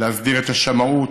להסדיר את השמאות,